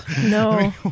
No